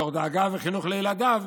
מתוך דאגה וחינוך לילדיו,